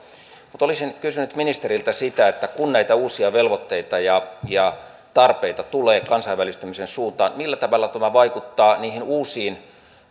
mutta olisin kysynyt ministeriltä kun näitä uusia velvoitteita ja ja tarpeita tulee kansainvälistymisen suuntaan millä tavalla tämä vaikuttaa niihin uusiin